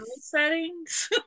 settings